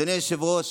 אדוני היושב-ראש,